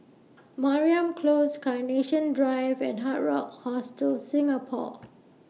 Mariam Close Carnation Drive and Hard Rock Hostel Singapore